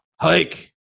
Hike